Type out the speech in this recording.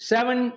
Seven